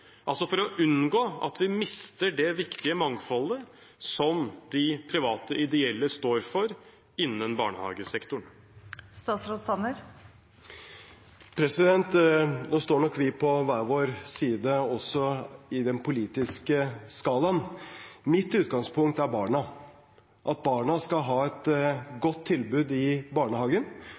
for å unngå at vi mister det viktige mangfoldet som de private ideelle står for innen barnehagesektoren. Nå står nok vi på hver vår side også på den politiske skalaen. Mitt utgangspunkt er barna, at barna skal ha et godt tilbud i barnehagen.